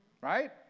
Right